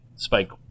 Spike